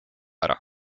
ära